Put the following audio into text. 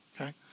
okay